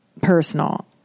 personal